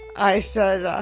i said, ah